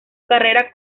carrera